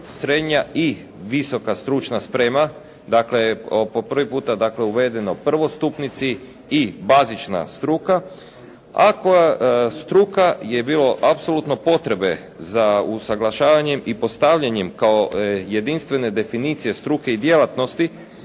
srednja i visoka stručna sprema, dakle, po prvi puta dakle, uvedeno prvostupnici i bazična struka, a koja struka je bilo apsolutno potrebe za usuglašavanjem i postavljanjem kao jedinstvene definicije struke i djelatnosti